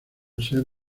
ser